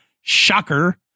shocker